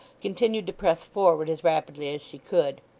continued to press forward as rapidly as she could.